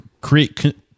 create